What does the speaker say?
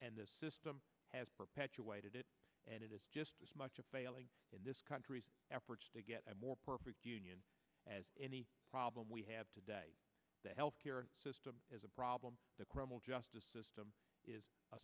and this system has perpetuated it and it is just as much a failing in this country's efforts to get a more perfect union as in the problem we have today the health care system is a problem the criminal justice system is